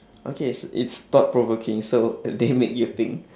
okay it's it's thought provoking so they make you think